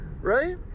right